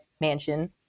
mansion